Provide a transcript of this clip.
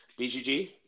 BGG